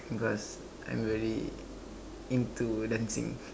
because I'm very into dancing